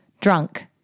drunk